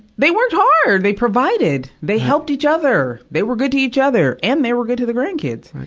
they worked hard, they provided. they helped each other. they were good to each other, and they were good to the grandkids.